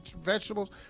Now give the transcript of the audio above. vegetables